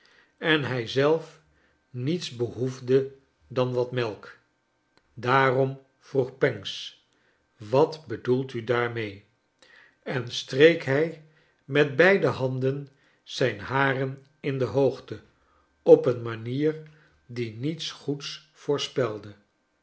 en hij zelf niete behoefde dan wat melk daarorn vroeg pancks wat bedoelt u daarmee en streek hij met beide handen zijn haren in de hoogte op een manier die niets goeds v